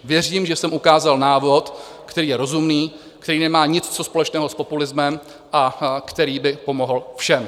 Věřím, že jsem ukázal návod, který je rozumný, který nemá nic co společného s populismem a který by pomohl všem.